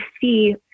see